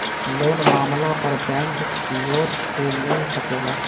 loan मांगला पर bank कियोर से मिल सकेला